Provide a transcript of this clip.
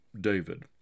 David